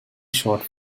short